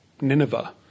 Nineveh